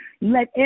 let